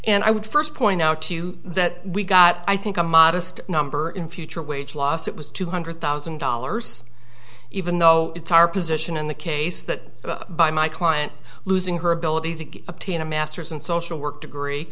and i would first point out to you that we got i think a modest number in future wage lost it was two hundred thousand dollars even though it's our position in the case that by my client losing her ability to obtain a masters in social work degree